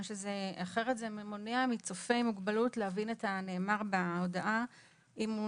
שאחרת זה מונע מצופה עם מוגבלות להבין את הנאמר בהודעה אם הוא